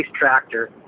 tractor